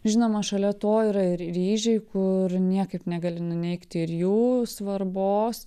žinoma šalia to yra ir ryžiai kur niekaip negali nuneigti ir jų svarbos